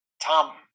Tom